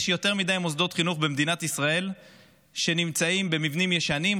יש יותר מדי מוסדות חינוך במדינת ישראל שנמצאים במבנים ישנים,